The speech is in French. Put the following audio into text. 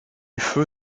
feu